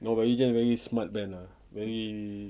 no bad religion very smart band ah very